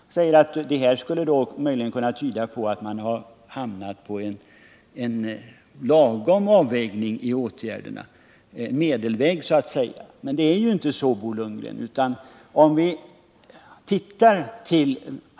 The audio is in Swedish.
Han säger att detta möjligen kan tyda på att man hamnat på en riktig avvägning, på en medelväg så att säga. Men det är ju inte så, Bo Lundgren.